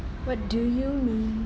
what do you mean